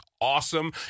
awesome